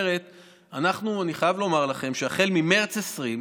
אני חייב לומר לכם שהחל ממרץ 2020,